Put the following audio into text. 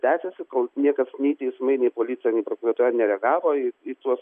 tęsėsi kol niekas nei teismai nei policija nei prokuratūra nereagavo į į tuos